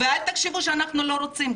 אל תחשבו שאנחנו לא רוצים.